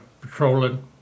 patrolling